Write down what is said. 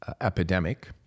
epidemic